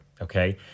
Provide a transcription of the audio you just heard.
okay